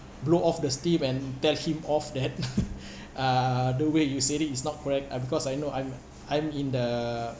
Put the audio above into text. blow off the steam and tell him off that uh the way you said it is not correct uh because I know I'm I'm in the